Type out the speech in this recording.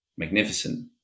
magnificent